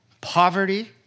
Poverty